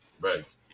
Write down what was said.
Right